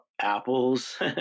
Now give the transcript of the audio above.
apples